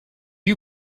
you